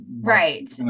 right